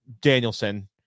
Danielson